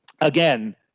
again